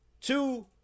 Two